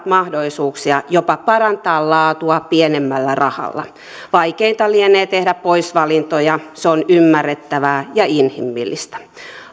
mahdollisuuksia jopa parantaa laatua pienemmällä rahalla vaikeinta lienee tehdä poisvalintoja se on ymmärrettävää ja inhimillistä